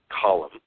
column